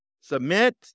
submit